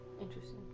Interesting